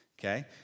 Okay